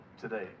today